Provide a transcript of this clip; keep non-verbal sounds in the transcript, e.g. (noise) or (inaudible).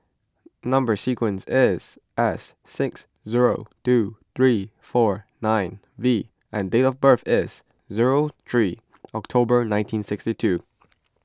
Number Sequence is S six zero two three four nine V and date of birth is zero (noise) three October nineteen sixty (noise) two